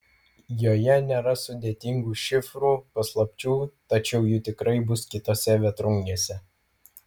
joje nėra sudėtingų šifrų paslapčių tačiau jų tikrai bus kitose vėtrungėse